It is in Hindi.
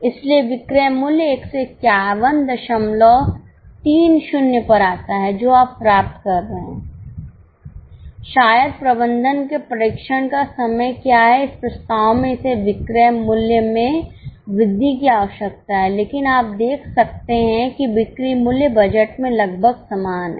इसलिए विक्रय मूल्य 15130 पर आता है जो आप प्राप्त कर रहे हैं शायद प्रबंधन के परीक्षण का समय क्या है इस प्रस्ताव में इसे विक्रय मूल्य में वृद्धि की आवश्यकता है लेकिन आप देख सकते हैं कि बिक्री मूल्य बजट में लगभग समान है